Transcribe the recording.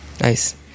Nice